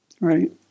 Right